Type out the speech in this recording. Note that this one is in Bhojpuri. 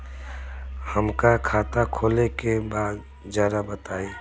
हमका खाता खोले के बा जरा बताई?